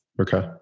Okay